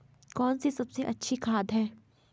कौन सी सबसे अच्छी खाद है?